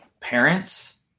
parents